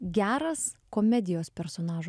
geras komedijos personažo